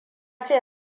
ce